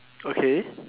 okay